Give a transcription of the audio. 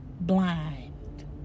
blind